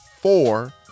four